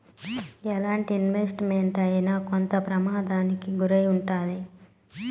ఎలాంటి investment అయినా కొంత ప్రమాదానికి గురై ఉంటాది